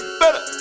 better